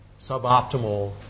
suboptimal